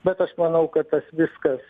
bet aš manau kad tas viskas